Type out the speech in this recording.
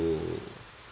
to